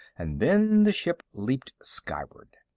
and then the ship leaped skyward.